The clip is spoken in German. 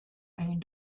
einen